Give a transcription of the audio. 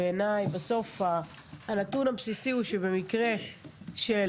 בעיניי בסוף הנתון הבסיסי הוא שבמקרה של